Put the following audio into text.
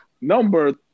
Number